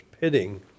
pitting